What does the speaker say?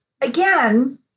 again